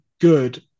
good